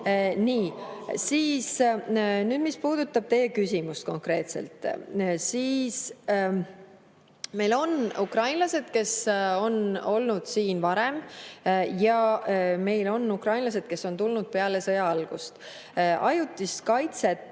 saalist.)Nüüd, mis puudutab teie küsimust konkreetselt. Meil on ukrainlased, kes on olnud siin varem, ja meil on ukrainlased, kes on tulnud peale sõja algust. Ajutist kaitset